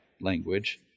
language